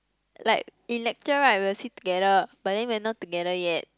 like in lecture right we will sit together but then we are not together yet